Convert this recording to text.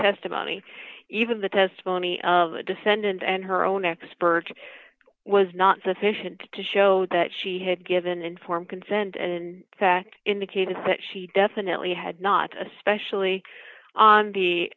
testimony even the testimony of the defendant and her own expert was not sufficient to show that she had given informed consent and in fact indicated that she definitely had not especially on the